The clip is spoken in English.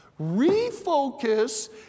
refocus